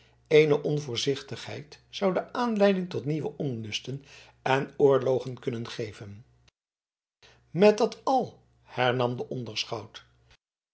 eene onvoorzichtigheid zoude aanleiding tot nieuwe onlusten en oorlogen kunnen geven met dat al hernam de onderschout